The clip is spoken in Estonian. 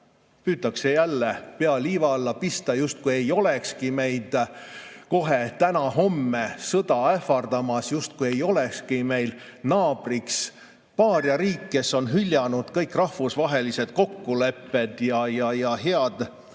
püütakse jälle pea liiva alla pista, justkui ei olekski meid kohe täna-homme sõda ähvardamas, justkui ei olekski meil naabriks paariariik, kes on hüljanud kõik rahvusvahelised kokkulepped ja head tavad.